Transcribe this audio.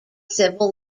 civil